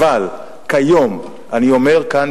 אבל היום אני אומר כאן,